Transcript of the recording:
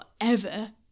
forever